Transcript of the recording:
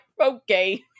okay